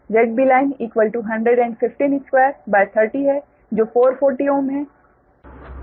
तो Z B Line ZB Line 2 30 है जो 440 Ω है